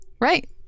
Right